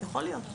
יכול להיות.